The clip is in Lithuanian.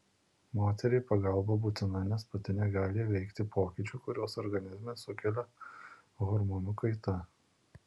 moteriai pagalba būtina nes pati negali įveikti pokyčių kuriuos organizme sukelia hormonų kaita